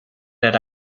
era